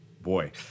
boy